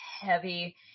heavy